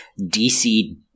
DC